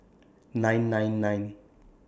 nine nine nine